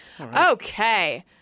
Okay